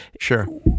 sure